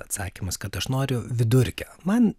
atsakymas kad aš noriu vidurkio man